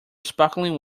sparkling